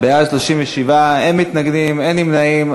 37 בעד, אין מתנגדים, אין נמנעים.